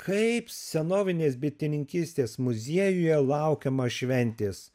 kaip senovinės bitininkystės muziejuje laukiama šventės